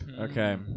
Okay